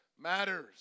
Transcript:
matters